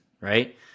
right